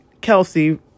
Kelsey